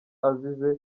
azize